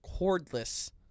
cordless